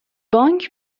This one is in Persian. بانک